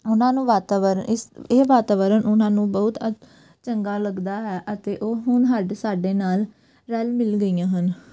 ਉਹਨਾਂ ਨੂੰ ਵਾਤਾਵਰਨ ਇਸ ਇਹ ਵਾਤਾਵਰਨ ਉਹਨਾਂ ਨੂੰ ਬਹੁਤ ਅ ਚੰਗਾ ਲੱਗਦਾ ਹੈ ਅਤੇ ਉਹ ਹੁਣ ਹਾਡੇ ਸਾਡੇ ਨਾਲ ਰਲ ਮਿਲ ਗਈਆਂ ਹਨ